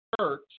church